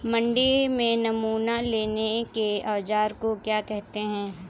मंडी में नमूना लेने के औज़ार को क्या कहते हैं?